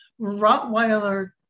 Rottweiler